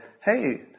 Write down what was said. hey